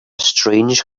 strange